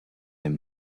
him